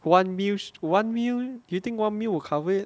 one mused one meal do you think one meal will cover it